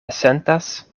sentas